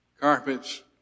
Carpets